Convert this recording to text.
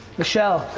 michelle,